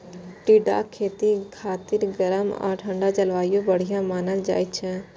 टिंडाक खेती खातिर गरम आ ठंढा जलवायु बढ़िया मानल जाइ छै